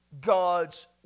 God's